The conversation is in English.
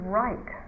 right